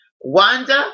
Wanda